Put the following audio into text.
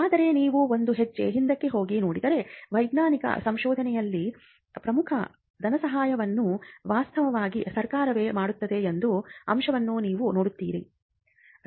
ಆದರೆ ನೀವು ಒಂದು ಹೆಜ್ಜೆ ಹಿಂದಕ್ಕೆ ಹೋಗಿ ನೋಡಿದರೆ ವೈಜ್ಞಾನಿಕ ಸಂಶೋಧನೆಯಲ್ಲಿ ಪ್ರಮುಖ ಧನಸಹಾಯವನ್ನು ವಾಸ್ತವವಾಗಿ ಸರ್ಕಾರವೇ ಮಾಡುತ್ತದೆ ಎಂಬ ಅಂಶವನ್ನು ನೀವು ನೋಡುತ್ತೀರಿ